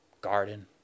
Garden